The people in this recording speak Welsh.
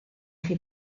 chi